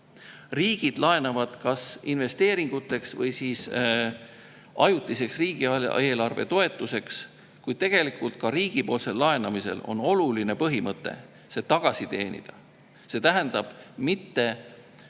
Riigid laenavad kas investeeringuteks või ajutiseks riigieelarve toetuseks, kuid tegelikult on ka riigi laenamisel oluline põhimõte see [laen] tagasi teenida. See tähendab, et mitte